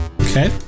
Okay